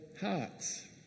hearts